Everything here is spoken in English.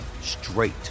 straight